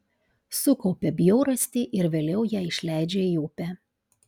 sukaupia bjaurastį ir vėliau ją išleidžia į upę